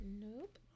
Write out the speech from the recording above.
Nope